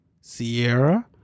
sierra